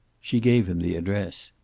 she gave him the address.